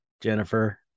Jennifer